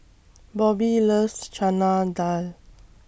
Bobbie loves Chana Dal